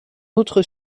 autre